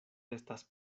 estas